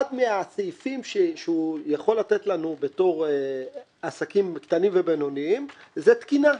אחד מהסעיפים שהוא יכול לתת לנו בתור עסקים קטנים ובינוניים זה תקינה.